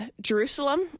Jerusalem